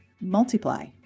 Multiply